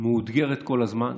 מאותגרת כל הזמן